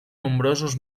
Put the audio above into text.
nombrosos